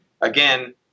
again